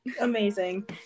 Amazing